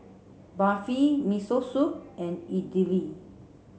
Barfi Miso Soup and Idili